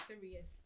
serious